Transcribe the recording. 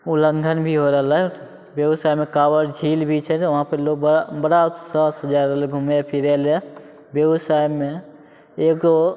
उल्लंघन भी हो रहलै बेगूसरायमे काँवड़ झील भी छै वहाँपर लोक बड़ा बड़ा उत्साह से जा रहलै घुमै फिरैले बेगूसरायमे एगो